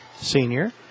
senior